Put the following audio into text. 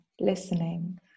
listening